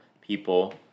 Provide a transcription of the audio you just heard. people